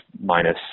minus